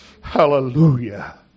Hallelujah